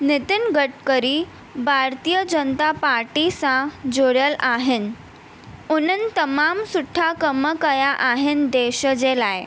नितिन गडकरी भारतीय जनता पार्टी सां जुड़ियलु आहिनि उन्हनि तमामु सुठा कम कया आहिनि देश जे लाइ